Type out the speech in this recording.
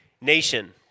nation